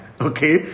Okay